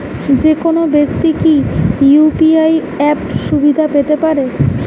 যেকোনো ব্যাক্তি কি ইউ.পি.আই অ্যাপ সুবিধা পেতে পারে?